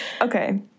okay